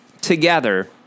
together